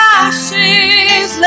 ashes